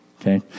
Okay